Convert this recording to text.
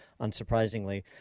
unsurprisingly